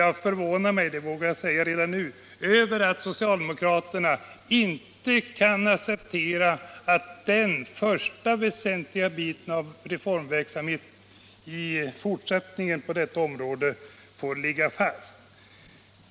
Jag förvånar mig över — det vågar jag säga redan nu — att socialdemokraterna inte kan acceptera att den första väsentliga biten av reformverksamheten i fortsättningen på detta område får ligga fast.